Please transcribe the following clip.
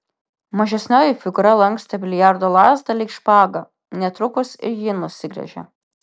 mažesnioji figūra lankstė biliardo lazdą lyg špagą netrukus ir ji nusigręžė